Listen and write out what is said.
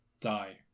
die